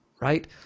right